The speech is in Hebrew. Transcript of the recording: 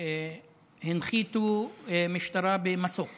הנחיתו משטרה במסוק